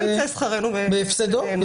לא יצא שכרנו בהפסדנו.